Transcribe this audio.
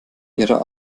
ihrer